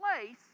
place